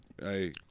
Hey